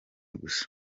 gusa